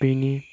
बेनि